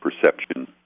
perception